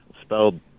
spelled